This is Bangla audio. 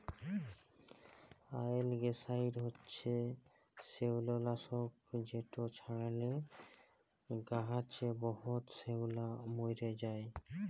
অয়েলগ্যাসাইড হছে শেওলালাসক যেট ছড়াইলে গাহাচে বহুত শেওলা মইরে যায়